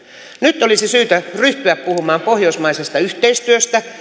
nyt olisi syytä ryhtyä puhumaan pohjoismaisesta yhteistyöstä